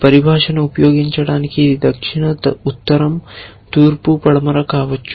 పరిభాషను ఉపయోగించటానికి ఇది దక్షిణ ఉత్తరం తూర్పు పడమర కావచ్చు